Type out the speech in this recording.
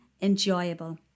enjoyable